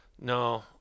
no